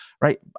Right